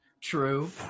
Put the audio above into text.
True